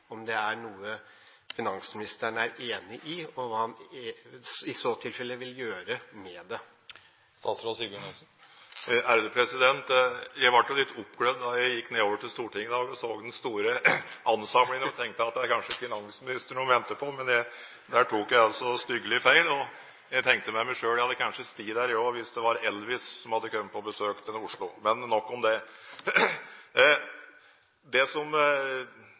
om denne systemfeilen som representanten Lundteigen henviser til, er noe finansministeren er enig i, og hva han i så tilfelle vil gjøre med det. Jeg ble litt oppglødd da jeg gikk nedover til Stortinget i dag og så den store ansamlingen og tenkte at det kanskje er finansministeren de venter på, men der tok jeg altså styggelig feil. Jeg tenkte med meg selv at jeg kanskje hadde stått der jeg også, hvis det var Elvis som hadde kommet på besøk til Oslo, men nok om det. Det som